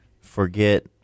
Forget